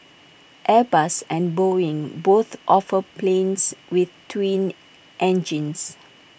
airbus and boeing both offer planes with twin engines